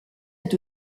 est